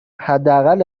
حداقل